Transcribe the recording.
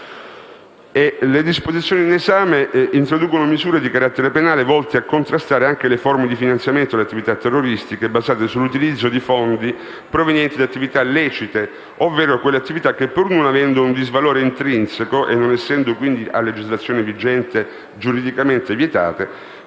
Le disposizioni in esame introducono misure di carattere penale volte a contrastare anche le forme di finanziamento alle attività terroristiche basate sull'utilizzo di fondi provenienti da attività lecite, ovvero quelle attività che, pur non avendo un disvalore intrinseco e non essendo quindi - a legislazione vigente - giuridicamente vietate,